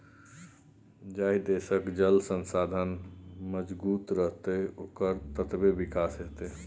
जाहि देशक जल संसाधन मजगूत रहतै ओकर ततबे विकास हेतै